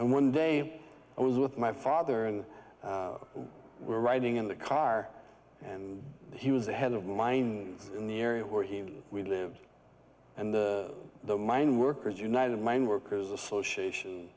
and one day i was with my father and were writing in the car and he was ahead of mine in the area where he lived and the mineworkers united mine workers association